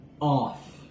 off